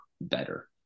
better